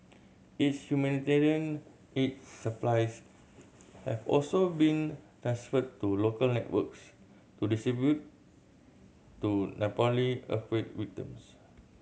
its humanitarian aid supplies have also been transferred to local networks to distribute to Nepali earthquake victims